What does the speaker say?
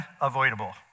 unavoidable